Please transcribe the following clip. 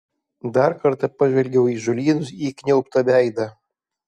dar kartą pažvelgiau į žolynus įkniaubtą veidą